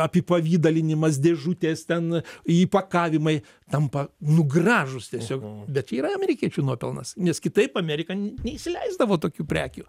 apipavidalinimas dėžutės ten įpakavimai tampa nu gražūs tiesiog bet čia yra amerikiečių nuopelnas nes kitaip amerika n neįsileisdavo tokių prekių